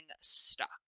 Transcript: stuck